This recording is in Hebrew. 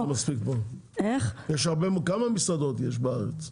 כמה מסעדות יש בארץ?